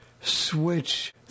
switch